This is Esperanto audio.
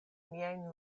miajn